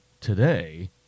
today